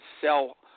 sell